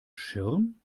schirm